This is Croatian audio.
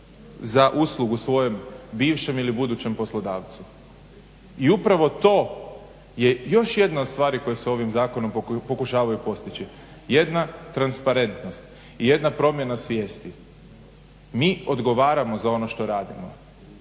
za uslugu svojem bivšem ili budućem poslodavcu. I upravo to je još jedna od stvari koje se ovim zakonom pokušavaju postići, jedna transparentnost i jedna promjena svijesti. Mi odgovaramo za ono što radimo,